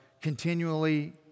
continually